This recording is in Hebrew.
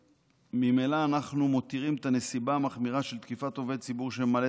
וממילא אנחנו מותירים את הנסיבה המחמירה של תקיפת עובד ציבור שממלא